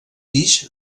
guix